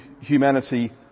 humanity